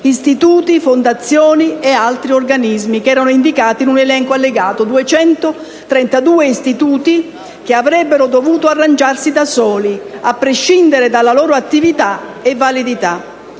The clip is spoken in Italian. istituti, fondazioni e altri organismi», indicati in un elenco allegato: 232 istituti che avrebbero dovuto arrangiarsi da soli a prescindere dalla loro attività e validità.